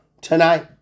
tonight